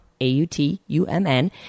a-u-t-u-m-n